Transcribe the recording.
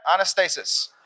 Anastasis